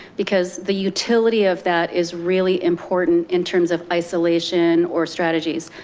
because the utility of that is really important in terms of isolation or strategies.